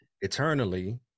eternally